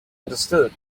understood